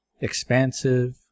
Expansive